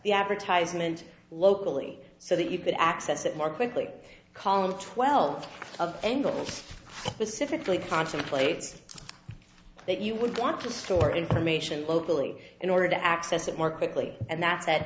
the advertisement locally so that you could access it more quickly column twelve of angles specifically contemplates that you would want to store information locally in order to access it more quickly and